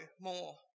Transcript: more